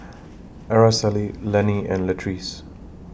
Araceli Lenny and Latrice